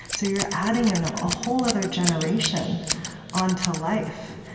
so you're adding in a whole other generation onto life.